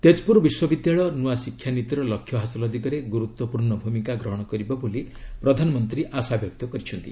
ତେଜପୁର ବିଶ୍ୱବିଦ୍ୟାଳୟ ନୂଆ ଶିକ୍ଷାନୀତିର ଲକ୍ଷ୍ୟ ହାସଲ ଦିଗରେ ଗୁରୁତ୍ୱପୂର୍ଣ୍ଣ ଭୂମିକା ଗ୍ରହଣ କରିବ ବୋଲି ପ୍ରଧାନମନ୍ତ୍ରୀ ଆଶାବ୍ୟକ୍ତ କରିଛନ୍ତି